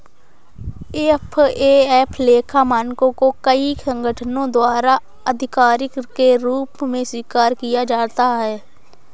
FAF लेखा मानकों को कई संगठनों द्वारा आधिकारिक के रूप में स्वीकार किया जाता है